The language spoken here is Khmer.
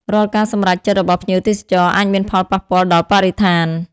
រាល់ការសម្រេចចិត្តរបស់ភ្ញៀវទេសចរអាចមានផលប៉ះពាល់ដល់បរិស្ថាន។